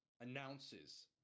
announces